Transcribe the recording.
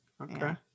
okay